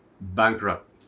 bankrupt